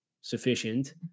sufficient